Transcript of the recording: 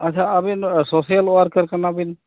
ᱟᱪᱪᱷᱟ ᱟᱵᱤᱱᱫᱚ social worker ᱠᱟᱱᱟᱵᱤᱱ